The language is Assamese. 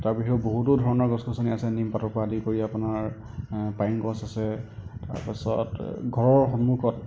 তাৰ বাহিৰেও বহুতো ধৰণৰ গছ গছনি আছে নিমপাতৰ পৰা আদি কৰি আপোনাৰ পাইন গছ আছে তাৰপাছত ঘৰৰ সন্মুখত